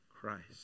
Christ